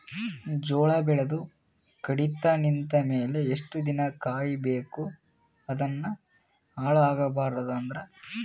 ಜೋಳ ಬೆಳೆದು ಕಡಿತ ನಿಂತ ಮೇಲೆ ಎಷ್ಟು ದಿನ ಕಾಯಿ ಬೇಕು ಅದನ್ನು ಹಾಳು ಆಗಬಾರದು ಅಂದ್ರ?